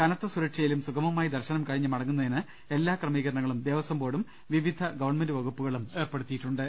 കനത്ത സുരക്ഷയിലും സുഗമമായി ദർശനം കഴിഞ്ഞ് മടങ്ങുന്നതിന് എല്ലാ ക്രമീകരണങ്ങളും ദേവസ്വം ബോർഡും വിവിധ ഗവൺമെന്റ് വകുപ്പുകളും ഏർപ്പെ ടുത്തിയിട്ടുണ്ട്